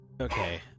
okay